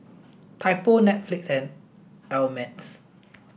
Typo Netflix and Ameltz